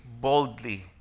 boldly